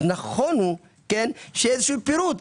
נכון שיהיה פירוט.